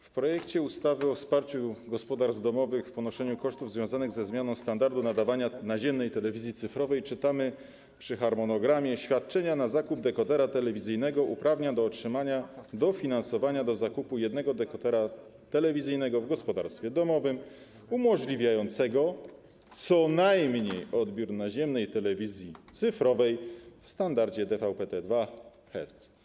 W projekcie ustawy o wsparciu gospodarstw domowych w ponoszeniu kosztów związanych ze zmianą standardu nadawania naziemnej telewizji cyfrowej czytamy przy harmonogramie: świadczenie na zakup dekodera telewizyjnego uprawnia do otrzymania dofinansowania do zakupu jednego dekodera telewizyjnego w gospodarstwie domowym, umożliwiającego co najmniej odbiór naziemnej telewizji cyfrowej w standardzie DVB-T2/HEVC.